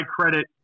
credit